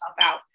out